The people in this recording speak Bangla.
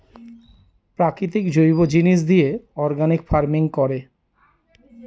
প্রাকৃতিক জৈব জিনিস দিয়ে অর্গানিক ফার্মিং করে